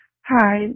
Hi